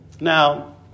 Now